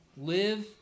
live